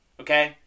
okay